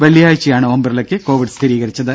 വെള്ളിയാഴ്ചയാണ് ഓം ബിർളക്ക് കോവിഡ് സ്ഥിരീകരിച്ചത്